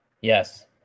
Yes